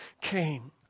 came